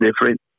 different